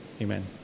Amen